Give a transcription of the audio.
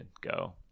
go